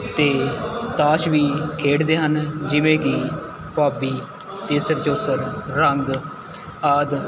ਅਤੇ ਤਾਸ਼ ਵੀ ਖੇਡਦੇ ਹਨ ਜਿਵੇਂ ਕਿ ਭਾਬੀ ਇਰਸਣ ਚੁਰਸਣ ਰੰਗ ਆਦਿ